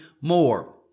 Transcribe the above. more